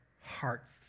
hearts